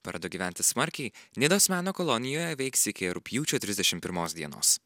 paroda gyventi smarkiai nidos meno kolonijoje veiks iki rugpjūčio trisdešim pirmos dienos